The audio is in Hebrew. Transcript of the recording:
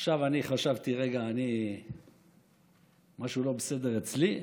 עכשיו, חשבתי: רגע, משהו לא בסדר אצלי?